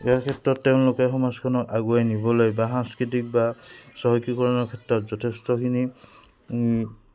ইয়াৰ ক্ষেত্ৰত তেওঁলোকে সমাজখনক আগুৱাই নিবলৈ বা সাংস্কৃতিক বা চহকীকৰণৰ ক্ষেত্ৰত যথেষ্টখিনি